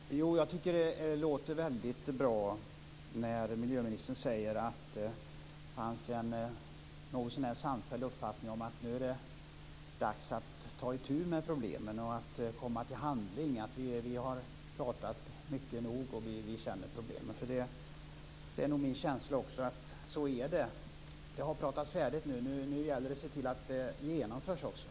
Fru talman! Jag tycker att det låter väldigt bra när miljöministern säger att det fanns en något så när samfälld uppfattning om att det nu är dags att ta itu med problemen och komma till handling. Vi har pratat mycket nog, och vi känner problemen. Det är nog min känsla också: Så är det. Det har pratats färdigt nu. Nu gäller det att se till att det genomförs också.